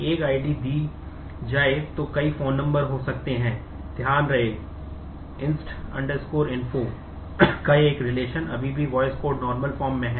यह दो रिलेशन्स है